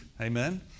Amen